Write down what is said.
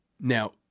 now